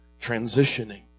transitioning